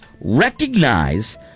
recognize